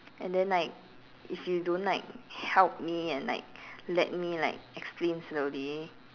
and then like if you don't like help me and like let me like explain slowly